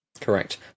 Correct